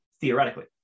theoretically